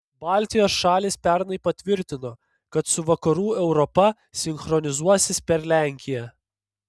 baltijos šalys pernai patvirtino kad su vakarų europa sinchronizuosis per lenkiją